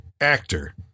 Actor